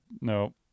no